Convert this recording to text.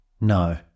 No